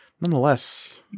Nonetheless